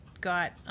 got